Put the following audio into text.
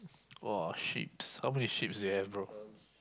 !wah! sheep how many sheep you have bro